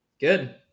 Good